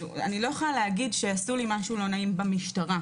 אני לא יכולה לומר שעשו לי משהו לא נעים במשטרה.